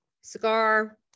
cigar